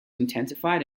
intensified